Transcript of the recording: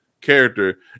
character